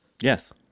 yes